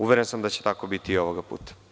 Uveren sam da će tako biti i ovog puta.